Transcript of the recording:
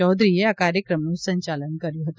ચૌધરી આ કાર્યક્રમનું સંચાલન કર્યું હતું